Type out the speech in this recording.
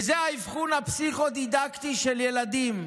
והוא האבחון הפסיכו-דידקטי של ילדים.